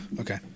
Okay